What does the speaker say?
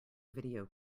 video